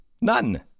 none